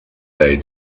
day